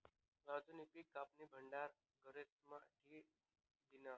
राजूनी पिक कापीन भंडार घरेस्मा ठी दिन्हं